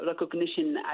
recognition